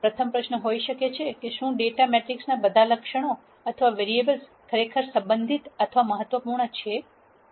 પ્રથમ પ્રશ્ન હોઈ શકે છે કે શું ડેટા મેટ્રિક્સમાંના બધા લક્ષણો અથવા વેરીએબલ ખરેખર સંબંધિત અથવા મહત્વપૂર્ણ છે